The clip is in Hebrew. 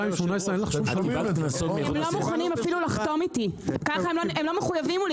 הם לא מוכנים אפילו לחתום איתי, הם לא מחויבים.